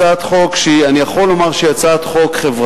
הצעת חוק שאני יכול לומר שהיא הצעה חברתית,